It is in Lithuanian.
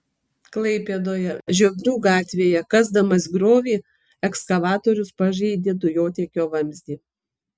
klaipėdoje žiobrių gatvėje kasdamas griovį ekskavatorius pažeidė dujotiekio vamzdį